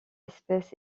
espèce